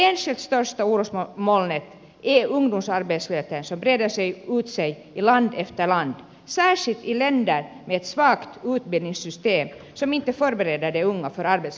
det enskilt största orosmolnet är ungdomsarbetslösheten som breder ut sig i land efter land särskilt i länder med ett svagt utbildningssystem som inte förbereder de unga för arbetsmarknaden